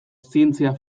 zientzia